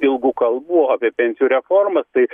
ilgų kalbų apie pensijų reformą tai